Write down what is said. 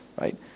Right